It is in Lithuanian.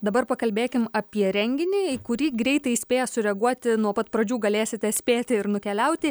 dabar pakalbėkim apie renginį į kurį greitai spėję sureaguoti nuo pat pradžių galėsite spėti ir nukeliauti